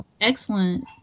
excellent